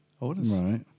Right